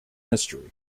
history